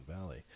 Valley